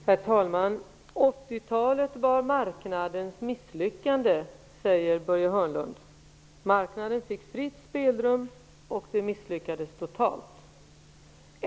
Herr talman! 80-talet var marknadens misslyckande, säger Börje Hörnlund. Marknaden fick fritt spelrum, och det misslyckades totalt.